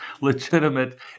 legitimate